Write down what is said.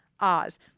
Oz